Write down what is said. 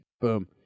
Boom